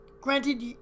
Granted